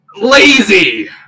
lazy